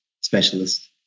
specialist